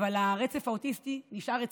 אבל הרצף האוטיסטי נשאר אצלו.